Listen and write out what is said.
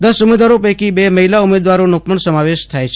દસ ઉમેદવારો પૈકી બે મહિલા ઉમેદવારોનો પણ સમાવેશ થાય છે